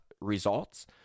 results